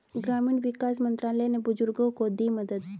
ग्रामीण विकास मंत्रालय ने बुजुर्गों को दी मदद